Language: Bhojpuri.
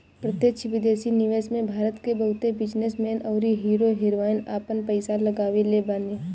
प्रत्यक्ष विदेशी निवेश में भारत के बहुते बिजनेस मैन अउरी हीरो हीरोइन आपन पईसा लगवले बाने